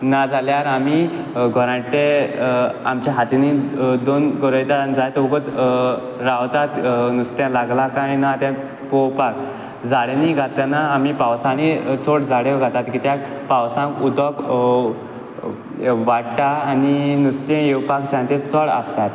नाजाल्यार आमी गोराटे आमच्या हातींनी दोन गोरोयता जायतो वोगोत रावतात नुस्त्या लागलां काय ना तें पोवोपाक जाडांनी घालतना आमी पावसांनी चोड जाडयो घालतात किद्याक पावसाक उदोक वाडटा आनी नुस्तें येवपाक चांसीस चोड आसतात